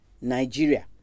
Nigeria